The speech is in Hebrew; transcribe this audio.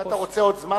אם אתה רוצה עוד זמן,